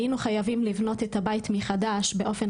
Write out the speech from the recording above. היינו חייבים לבנות את הבית מחדש באופן